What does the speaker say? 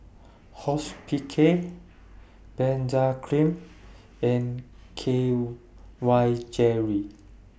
Hospicare Benzac Cream and K Y Jelly